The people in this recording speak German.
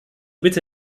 bitte